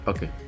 Okay